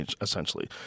essentially